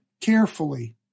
carefully